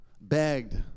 begged